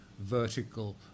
vertical